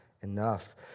enough